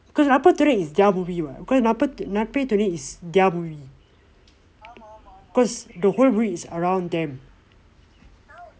because Natpe Thunai thunai is their movie what because Natpe Natpe Thunai natpe thunai is their movie cause the whole movie is around them